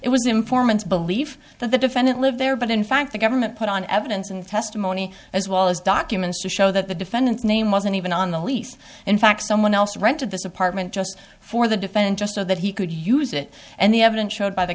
it was informants believe that the defendant lived there but in fact the government put on evidence and testimony as well as documents to show that the defendants name wasn't even on the lease in fact someone else rented this apartment just for the defendant just so that he could use it and the evidence showed by the